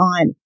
on